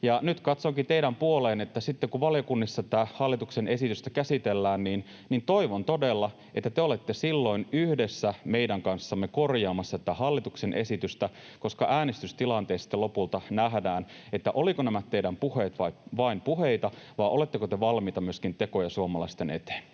Nyt katsonkin teidän puoleenne, että sitten kun valiokunnissa tätä hallituksen esitystä käsitellään, toivon todella, että te olette silloin yhdessä meidän kanssamme korjaamassa tätä hallituksen esitystä, koska äänestystilanteessa lopulta nähdään, olivatko nämä teidän puheenne vain puheita vai oletteko te valmiita myöskin tekoihin suomalaisten eteen.